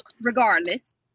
regardless